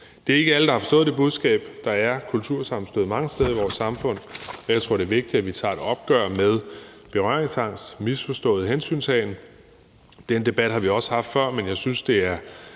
Det er ikke alle, der har forstået det budskab. Der er kultursammenstød mange steder i vores samfund, og jeg tror, det er vigtigt, at vi tager et opgør med berøringsangst og misforstået hensyntagen. Den debat har vi også haft før, men jeg synes, det er